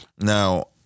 now